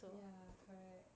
ya correct